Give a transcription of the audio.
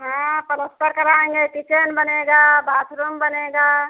हाँ पलस्तर कराएंगे किचन बनेगा बाथरूम बनेगा